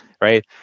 right